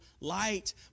light